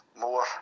more